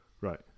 Right